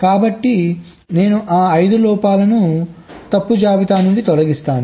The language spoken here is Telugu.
కాబట్టి నేను ఆ 5 లోపాలను తప్పు జాబితా నుండి తొలగిస్తాను